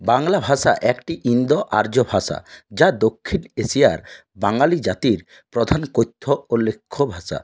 বাংলা ভাষা একটি ইন্দো আর্য ভাষা যা দক্ষিণ এশিয়ার বাঙালি জাতির প্রধান কথ্য ও লেখ্য ভাষা